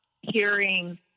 hearing